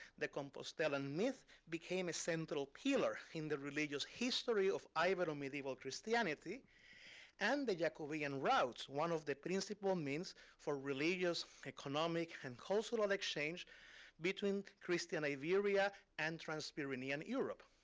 the compostelan myth became a central pillar in the religious history of ibero-medieval christianity and the jacobean routes, one of the principal means for religious, economic, and cultural exchange between christian iberia and trans-pyrenean and europe.